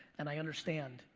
and i understand,